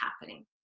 happening